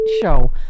show